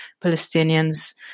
Palestinians